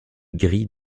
grilles